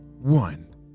one